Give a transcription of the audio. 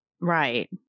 Right